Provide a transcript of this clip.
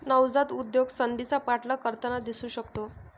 नवजात उद्योजक संधीचा पाठलाग करताना दिसू शकतो